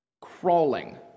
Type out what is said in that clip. crawling